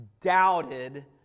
doubted